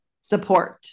support